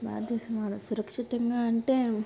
భారతదేశంలో అలా సురక్షితంగా అంటే